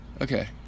okay